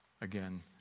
again